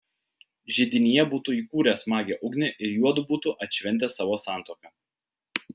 židinyje būtų įkūręs smagią ugnį ir juodu būtų atšventę savo santuoką